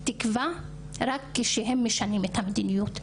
הם יכולים להשיג את הראיות ומלוא הראיות.